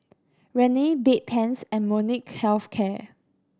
Rene Bedpans and Molnylcke Health Care